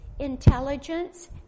intelligence